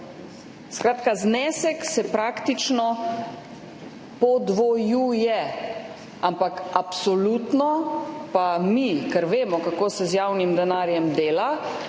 znesek se praktično podvojuje. Ampak absolutno pa mi, ker vemo, kako se z javnim denarjem dela,